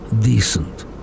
decent